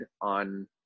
on